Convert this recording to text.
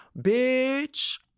Bitch